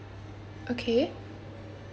okay